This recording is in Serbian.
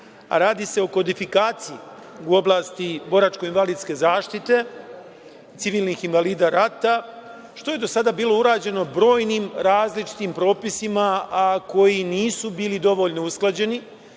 a radi se o kodifikaciji u oblasti boračko-invalidske zaštite, civilnih invalida rata, što je do sada bilo urađeno brojnim različitim propisima, a koji nisu bili dovoljno usklađeni,